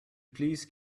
please